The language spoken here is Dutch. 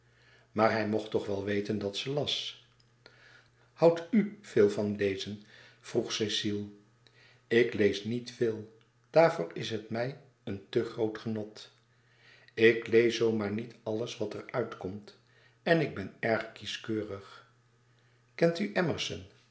maar hij mocht toch wel weten dat ze las houdt u veel van lezen vroeg cecile ik lees niet veel daarvoor is het mij een te groot genot ik lees zoo maar niet alles wat er uitkomt en ik ben erg kieskeurig kent u